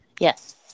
Yes